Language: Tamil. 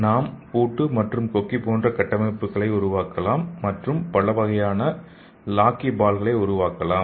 நாம் பூட்டு மற்றும் கொக்கி போன்ற கட்டமைப்புகளை உருவாக்கலாம் மற்றும் பல வகையான லாக்கிபால்களை உருவாக்கலாம்